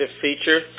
feature